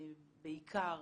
בעיקר